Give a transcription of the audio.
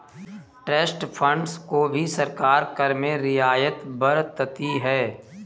trust funds को भी सरकार कर में रियायत बरतती है